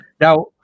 Now